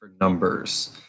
Numbers